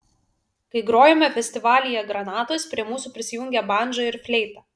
kai grojome festivalyje granatos prie mūsų prisijungė bandža ir fleita